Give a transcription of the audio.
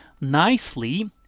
Nicely